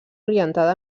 orientada